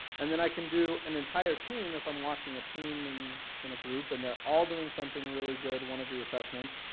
and then i can do an entire team if i'm watching a team and in a group and they're all doing something really good, one of the assessments.